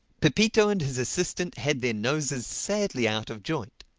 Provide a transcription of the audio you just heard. pepito and his assistant had their noses sadly out of joint.